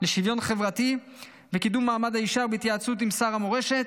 לשוויון חברתי וקידום מעמד האישה ובהתייעצות עם שר המורשת.